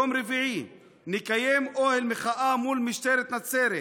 יום רביעי, נקיים אוהל מחאה מול משטרת נצרת.